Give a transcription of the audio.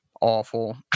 awful